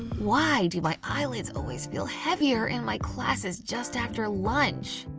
why do my eyelids always feel heavier in my classes just after lunch?